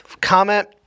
Comment